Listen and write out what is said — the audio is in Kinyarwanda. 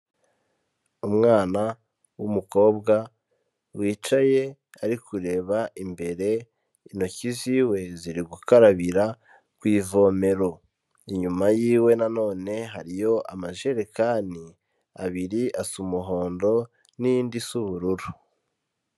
Umwana w'umukobwa wicaye ari kureba imbere, intoki ziwe ziri gukarabira ku ivomero, inyuma yiwe nanone hariyo amajerekani abiri asa umuhondo n'indi isa ubururu.